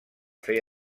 fer